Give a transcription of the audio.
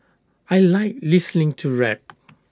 I Like listening to rap